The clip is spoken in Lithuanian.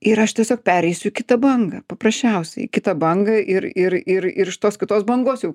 ir aš tiesiog pereisiu į kitą bangą paprasčiausiai į kitą bangą ir ir ir ir iš tos kitos bangos jau